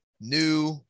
new